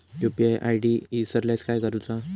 UPI ID इसरल्यास काय करुचा?